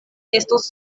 estos